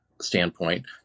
standpoint